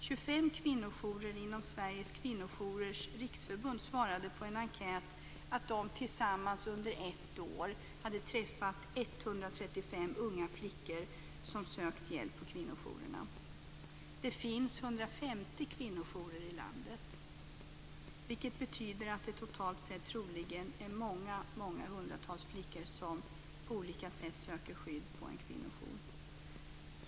25 kvinnojourer inom Sveriges Kvinnojourers Riksförbund svarade på en enkät att de tillsammans under ett år hade träffat 135 unga flickor som sökt hjälp på kvinnojourerna. Det finns 150 kvinnojourer i landet, vilket betyder att det totalt sett troligen är många hundratals flickor som på olika sätt söker skydd på en kvinnojour.